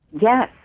Yes